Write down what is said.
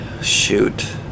Shoot